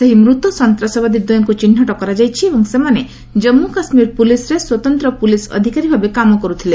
ସେହି ମୃତ ସନ୍ତାସବାଦୀ ଦ୍ୱୟଙ୍କୁ ଚିହ୍ରଟ କରାଯାଇଛି ଏବଂ ସେମାନେ ଜନ୍ମୁ କାଶ୍ମୀର ପୁଲିସ୍ରେ ସ୍ୱତନ୍ତ ପୁଲିସ୍ ଅଧିକାରୀ ଭାବେ କାମ କରୁଥିଲେ